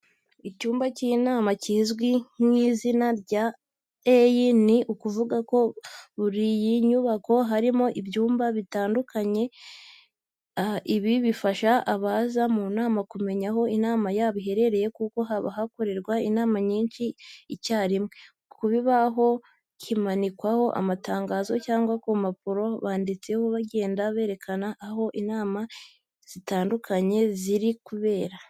Icyumba cy'inama kizwi ku izina rya A ni ukuvuga ko muri iyi nyubako harimo ibyumba bitandukanye, ibi bifasha abaza mu nama kumenya aho inama yabo iherereye kuko haba hakorerwa inama nyinshi icyarimwe. Ku kibaho kimanikwaho amatangazo cyangwa ku mpapuro, banditse bagenda berekana aho inama zitandukanye ziri kubera.